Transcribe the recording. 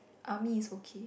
army is okay